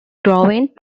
growing